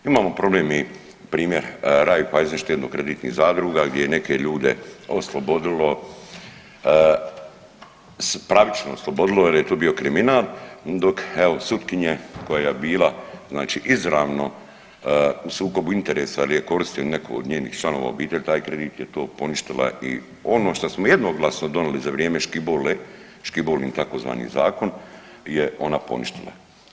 Imamo problem i primjer Raiffeisen štedno-kreditnih zadruga gdje je neke ljude oslobodilo, pravično oslobodilo jer je to bio kriminal, dok evo sutkinje koja je bila znači izravno u sukobu interesa jer je koristio neko od njenih članova obitelji taj kredit je to poništila i ono šta smo jednoglasno donijeli za vrijeme Škibole, Škibolin tzv. zakon je ona poništila.